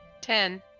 ten